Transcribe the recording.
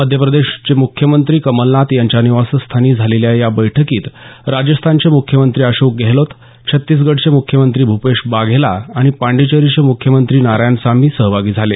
मध्यप्रदेशचे मुख्यमंत्री कमलनाथ यांच्या निवासस्थानी झालेल्या या बैठकीत राजस्थानचे मुख्यमंत्री अशोक गेहलोत छत्तीसगडचे मुख्यमंत्री भुपेश बाघेला आणि पाँडेचरीचे मुख्यमंत्री नारायणसामी सहभागी झाले